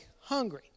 hungry